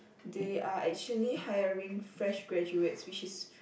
they are actually hiring fresh graduates which is